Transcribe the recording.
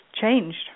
changed